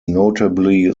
notably